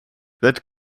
that